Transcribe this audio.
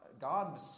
God